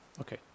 Okay